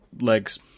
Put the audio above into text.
legs